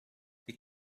the